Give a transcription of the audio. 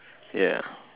ya